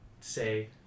say